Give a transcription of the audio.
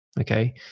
okay